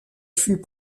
fut